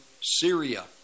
Syria